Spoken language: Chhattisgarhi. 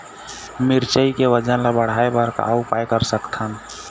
मिरचई के वजन ला बढ़ाएं बर का उपाय कर सकथन?